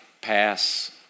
pass